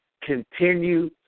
continue